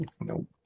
Nope